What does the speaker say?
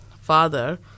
father